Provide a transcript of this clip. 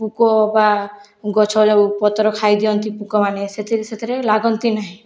ପୁକ ହବା ଗଛ ଯୋଉ ପତ୍ର ଖାଇଦିଅନ୍ତି ପୁକ ମାନେ ସେଥିରେ ସେଥିରେ ଲାଗନ୍ତି ନାହିଁ